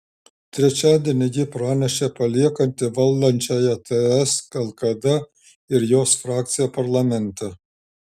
trečiadienį ji pranešė paliekanti valdančiąją ts lkd ir jos frakciją parlamente